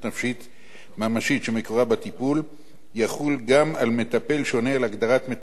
ממשית שמקורה בטיפול יחול גם על מטפל שעונה על הגדרת "מטפל נפשי",